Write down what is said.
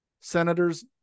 Senators